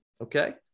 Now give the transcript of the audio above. Okay